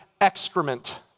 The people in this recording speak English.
excrement